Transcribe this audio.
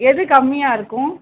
எது கம்மியாக இருக்கும்